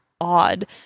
odd